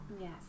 Yes